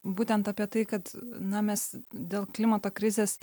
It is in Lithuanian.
būtent apie tai kad na mes dėl klimato krizės